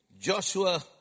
Joshua